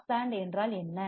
pass band என்றால் என்ன